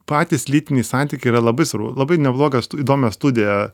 patys lytiniai santykiai yra labai svarbu labai neblogas įdomią studiją